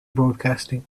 broadcasting